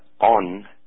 On